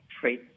trade